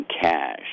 cash